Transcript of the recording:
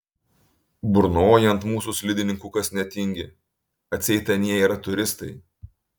burnoja ant mūsų slidininkų kas netingi atseit anie yra turistai